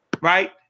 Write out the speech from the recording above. right